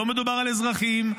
לא מדובר על אזרחים,